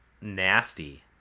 nasty